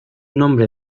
nombre